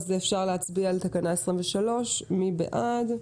נצביע על תקנה 23. מי בעד?